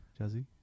Jazzy